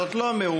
זאת לא מהומה,